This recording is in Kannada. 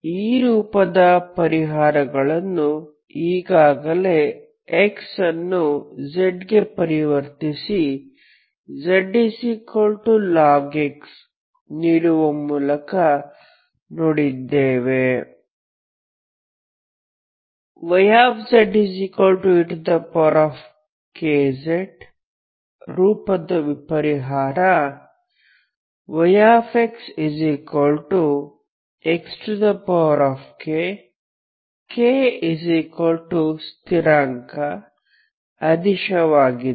ಈ ರೂಪದ ಪರಿಹಾರಗಳನ್ನು ಈಗಾಗಲೇ x ಅನ್ನು z ಗೆ ಪರಿವರ್ತಿಸಿ z log x ನೀಡುವ ಮೂಲಕ ನೋಡಿದ್ದೇವೆ yzekz ರೂಪದ ಪರಿಹಾರ ⟹yxxkkಸ್ಥಿರಾಂಕ ಅದಿಶವಾಗಿದೆ